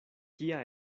kia